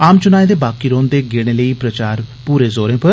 आम च्नाएं दे बाकी रोंहदे गेड़े लेई प्रचार पूरे जोरें पर